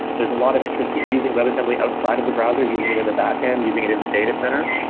there's a lot of interest in using webassembly outside of the browser using it in the backend, using it in the datacenter.